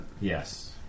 Yes